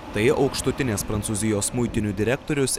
tai aukštutinės prancūzijos muitinių direktorius